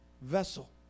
vessel